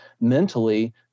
mentally